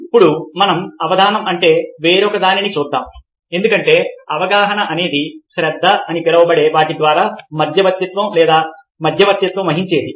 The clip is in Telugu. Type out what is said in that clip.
ఇప్పుడు మనం అవధానం అంటే వేరొకదానిని చూద్దాం ఎందుకంటే అవగాహన అనేది శ్రద్ధ అని పిలువబడే వాటి ద్వారా మధ్యవర్తిత్వం లేదా మధ్యవర్తిత్వం వహించేది